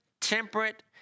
temperate